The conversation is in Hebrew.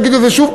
להגיד את זה שוב.